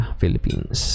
Philippines